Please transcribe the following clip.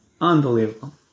Unbelievable